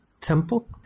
Temple